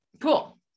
cool